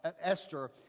Esther